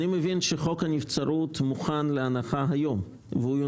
אני מבין שחוק הנבצרות מוכן להנחה היום ומן